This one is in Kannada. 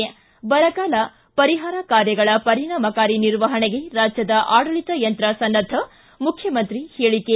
ಿ ಬರಗಾಲ ಪರಿಹಾರ ಕಾರ್ಯಗಳ ಪರಿಣಾಮಕಾರಿ ನಿರ್ವಹಣೆಗೆ ರಾಜ್ಯದ ಆಡಳಿತ ಯಂತ್ರ ಸನ್ನದ್ದ ಮುಖ್ಯಮಂತ್ರಿ ಹೇಳಿಕೆ